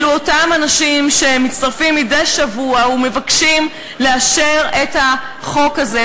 אלו אותם אנשים ונשים שמצטרפים מדי שבוע ומבקשים לאשר את החוק הזה,